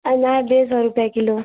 अनार डेढ़ सौ रुपये किलो